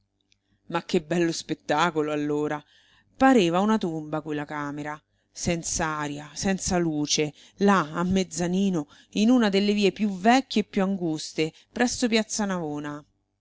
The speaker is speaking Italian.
ma che bello spettacolo allora pareva una tomba quella camera senz'aria senza luce là a mezzanino in una delle vie più vecchie e più anguste presso piazza navona